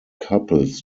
couples